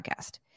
podcast